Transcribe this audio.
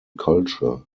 culture